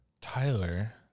Tyler